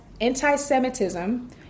anti-Semitism